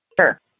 Sure